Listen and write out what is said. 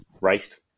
Raced